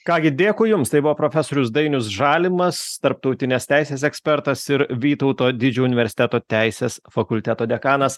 ką gi dėkui jums tai buvo profesorius dainius žalimas tarptautinės teisės ekspertas ir vytauto didžiojo universiteto teisės fakulteto dekanas